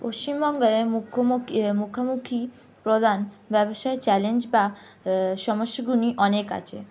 পশ্চিমবঙ্গের মুখোমুখি মুখোমুখি প্রধান ব্যবসায় চ্যালেঞ্জ বা সমস্যাগুলো অনেক আছে